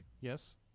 Yes